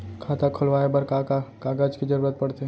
खाता खोलवाये बर का का कागज के जरूरत पड़थे?